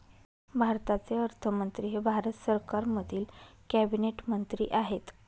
भारताचे अर्थमंत्री हे भारत सरकारमधील कॅबिनेट मंत्री आहेत